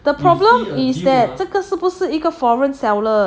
the problem is that 这个是不是一个 foreign seller